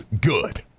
good